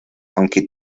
aunque